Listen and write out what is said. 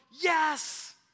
yes